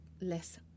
less